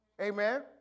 Amen